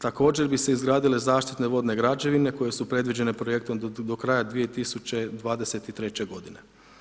Također bi se izgradile zaštitne vodne građevine koje su predviđene projektom do kraja 2023.-će godine.